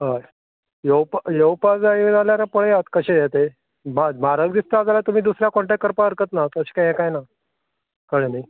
हय येवपा येवपाक जाय जाल्यार पळयात कशें हें तें मात म्हारग दिसता जाल्या तुमी दुसऱ्या कॉण्टॅक करपा हरकत ना तशें काय यें कांय ना कळें न्ही